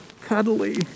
cuddly